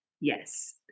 Yes